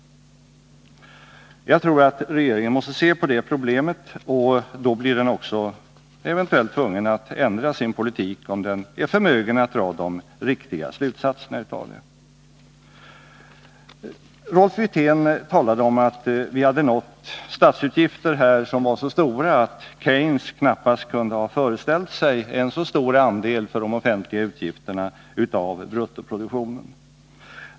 Jag tror att regeringen måste se på det problemet, och då blir den eventuellt också tvungen att ändra sin politik, om den är förmögen att dra de riktiga slutsatserna. Rolf Wirtén talade om att vi hade nått statsutgifter som var så stora att Keynes knappast kunde ha föreställt sig en så stor andel av bruttoproduktionen för de offentliga utgifterna.